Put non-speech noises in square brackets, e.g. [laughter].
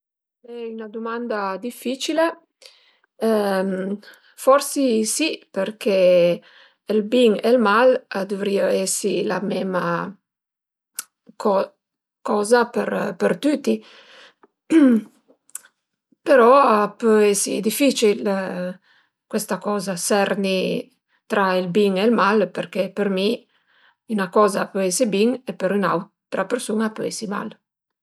Al e 'na dumanda dificila. Forsi si perché ël bin e ël mal a duvrìu esi la mema co- coza për tüti [noise] però a pö esi dificil cuesta coza, serni tra ël bin e ël mal perché për mi üna coza a pö esi bin e pën ün'autra persun-a a pö esi mal